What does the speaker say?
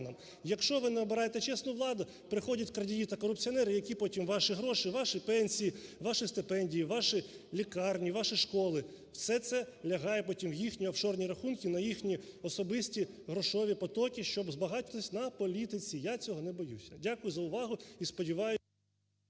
Якщо ви не обираєте чесну владу, приходять крадії та корупціонери, які потім ваші гроші, ваші пенсії, ваші стипендії, ваші лікарні, ваші школи - все це лягає потім в їхні офшорні рахунки на їхні особисті грошові потоки, щоб збагатись на політиці. Я цього не боюся. Дякую за увагу і сподіваюсь…